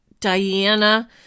Diana